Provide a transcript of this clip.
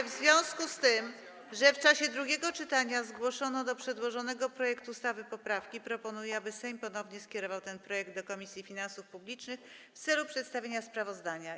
W związku z tym, że w czasie drugiego czytania zgłoszono do przedłożonego projektu ustawy poprawki, proponuję, aby Sejm ponownie skierował ten projekt do Komisji Finansów Publicznych w celu przedstawienia sprawozdania.